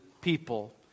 people